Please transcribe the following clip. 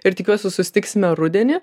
ir tikiuosi susitiksime rudenį